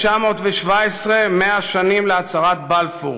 1917, 100 שנים להצהרת בלפור,